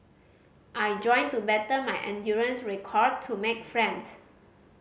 I joined to better my endurance record to make friends